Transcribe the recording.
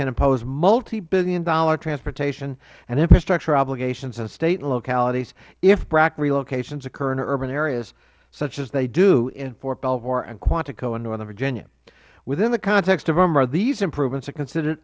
can impose multi billion dollar transportation and infrastructure obligations on state and localities if brac relocations occur in urban areas such as they do in fort belvoir and quantico in northern virginia within the context of umra these improvements are considered